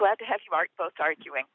glad to have smart both arguing